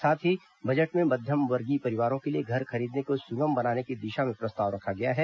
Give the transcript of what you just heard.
साथ ही बजट में मध्यम वर्गीय परिवारों के लिए घर खरीदने को सुगम बनाने की दिशा में प्रस्ताव रखा गया है